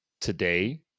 today